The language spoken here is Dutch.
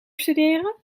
studeren